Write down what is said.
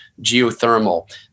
geothermal